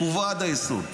רקובה עד היסוד.